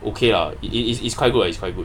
okay lah it is is quite good is quite good